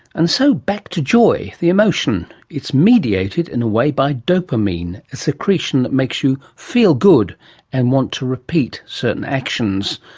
and so back to joy, the emotion. it's mediated in a way by dopamine, a secretion that makes you feel good and want to repeat certain actions,